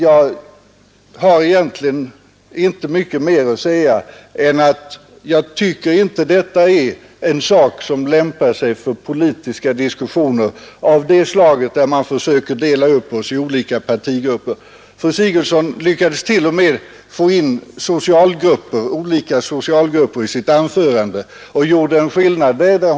Jag har egentligen inte mycket mer att säga än att jag tycker inte att detta är en fråga som lämpar sig för politiska diskussioner av det slaget att man försöker dela upp oss i olika partigrupper. Fru Sigurdsen lyckades till och med få in olika socialgrupper i sitt anförande och göra en skillnad mellan dem.